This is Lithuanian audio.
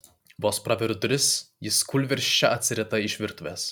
vos praveriu duris jis kūlvirsčia atsirita iš virtuvės